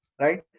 right